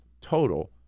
total